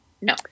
no